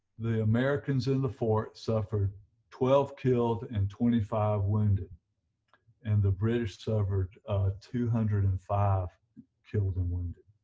the americans in the fort suffered twelve killed and twenty five wounded and the british suffered two hundred and five killed and wounded